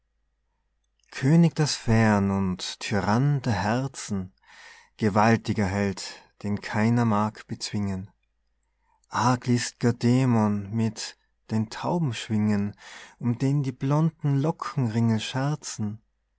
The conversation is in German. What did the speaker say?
könig der sphären und tyrann der herzen gewaltiger held den keiner mag bezwingen arglist'ger dämon mit den taubenschwingen um den die blonden lockenringel